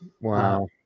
Wow